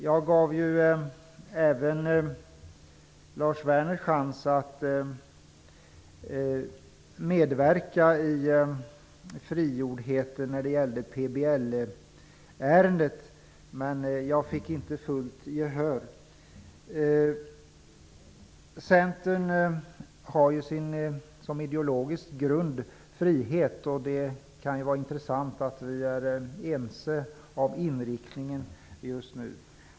Jag gav även Lars Werner chans att medverka i frigjordheten när det gällde PBL ärendet. Jag fick dock inte fullt gehör. Centern har frihet som ideologisk grund. Det kan vara intressant att vi är ense om inriktningen just nu.